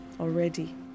already